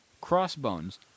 Crossbones